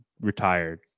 retired